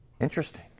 Interesting